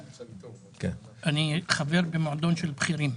אני חבר במועדון של בכירים.